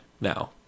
now